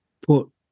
put